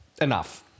enough